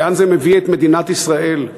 לאן זה מביא את מדינת ישראל,